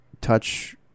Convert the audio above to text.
touch